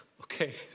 okay